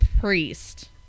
priest